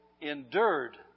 endured